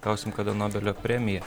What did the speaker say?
gausim kada nobelio premiją